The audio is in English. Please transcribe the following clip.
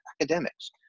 academics